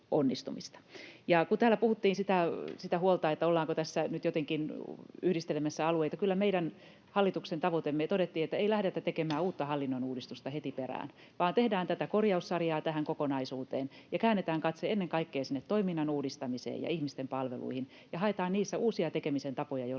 nyt jotenkin yhdistelemässä alueita, niin kyllä me todettiin meidän hallituksen tavoitteena, että ei lähdetä tekemään uutta hallinnon uudistusta heti perään vaan tehdään korjaussarjaa tähän kokonaisuuteen ja käännetään katse ennen kaikkea toiminnan uudistamiseen ja ihmisten palveluihin ja haetaan niissä uusia tekemisen tapoja, joilla